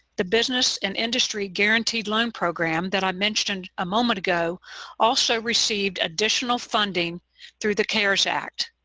the business and industry guaranteed loan program that i mentioned a moment ago also received additional funding through the cares act.